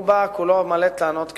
הוא בא כולו מלא טענות כרימון,